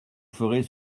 ferez